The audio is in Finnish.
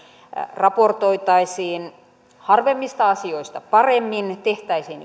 raportoitaisiin harvemmista asioista paremmin ylipäänsä tehtäisiin